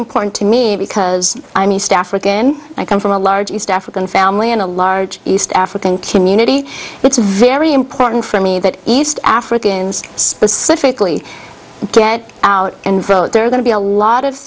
important to me because i knew staffer again i come from a large east african family in a large east african community it's very important for me that east africans specifically get out and vote there are going to be a lot of